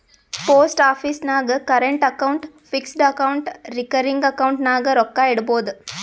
post office ನಾಗ್ current account, fixed account, recurring account ನಾಗ್ ರೊಕ್ಕಾ ಇಡ್ಬೋದ್